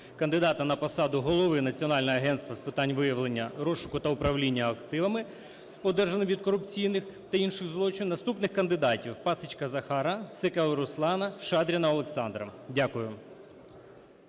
кандидата на посаду Голови Національного агентства з питань виявлення, розшуку та управління активами, одержаними від корупційних та інших злочинів, наступних кандидатів: Пасєчка Захара, Секелу Руслана, Шадріна Олександра. Дякую.